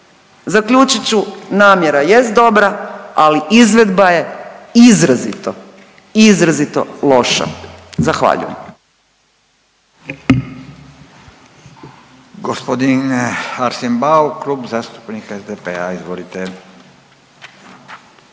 Zaključit ću, namjera jest dobra, ali izvedba je izrazito, izrazito loša, zahvaljujem.